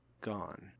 gone